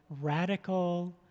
radical